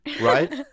right